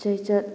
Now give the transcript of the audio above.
ꯆꯩꯆꯠ